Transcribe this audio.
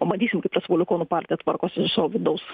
pamatysim kaip respublikonų partija tvarkosi su savo vidaus